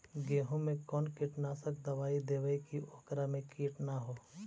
गेहूं में कोन कीटनाशक दबाइ देबै कि ओकरा मे किट न हो?